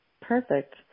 Perfect